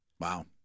Wow